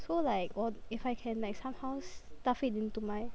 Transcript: so like 我 if I can like somehow stuff it into my